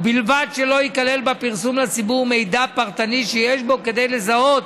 ובלבד שלא ייכלל בפרסום לציבור מידע פרטני שיש בו כדי לזהות